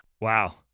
Wow